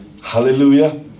hallelujah